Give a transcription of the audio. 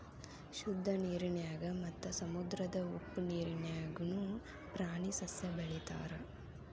ಶುದ್ದ ನೇರಿನ್ಯಾಗ ಮತ್ತ ಸಮುದ್ರದ ಉಪ್ಪ ನೇರಿನ್ಯಾಗುನು ಪ್ರಾಣಿ ಸಸ್ಯಾ ಬೆಳಿತಾರ